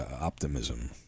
optimism